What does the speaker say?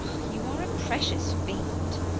you are a precious fiend!